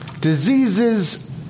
diseases